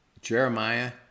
Jeremiah